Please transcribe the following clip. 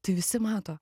tai visi mato